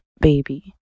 baby